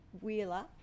Wheeler